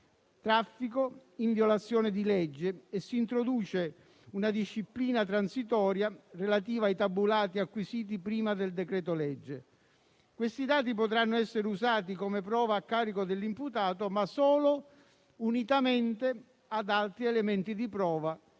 traffico in violazione di legge e si introduce una disciplina transitoria relativa ai tabulati acquisiti prima del decreto-legge. Questi dati potranno essere usati come prova a carico dell'imputato, ma solo unitamente ad altri elementi di prova